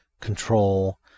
control